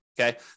okay